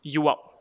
you up